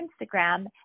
Instagram